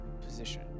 position